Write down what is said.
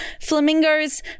Flamingos